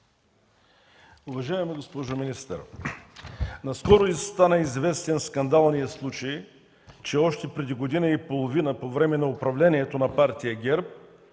Уважаема госпожо министър, наскоро стана известен скандалният случай, че още преди година и половина, по време на управлението на Партия ГЕРБ,